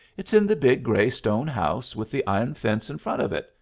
it's in the big gray stone house with the iron fence in front of it,